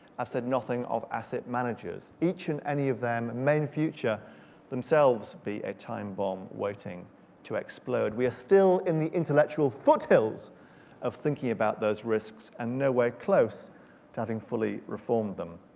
i've said nothing of asset managers. each and any of them may in future themselves be a time bomb waiting to explode. we are still in the intellectual foothills of thinking about those risks and nowhere close to having fully reformed them.